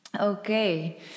okay